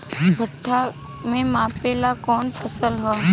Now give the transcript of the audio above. भूट्टा के मापे ला कवन फसल ह?